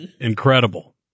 incredible